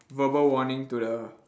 verbal warning to the